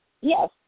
Yes